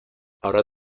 ahora